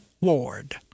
Ward